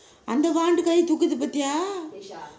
அந்த வால் கையை தூக்குது பார்த்தியா:antha val kaiyai thukkuthu paarthiya